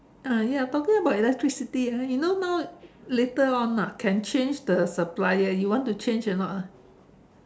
ah ya talking about electricity ah you know now later on ah can change the supplier you want to change or not ah